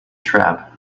trap